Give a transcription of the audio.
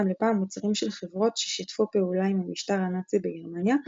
לפעם מוצרים של חברות ששיתפו פעולה עם המשטר הנאצי בגרמניה,